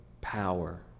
power